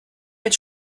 mit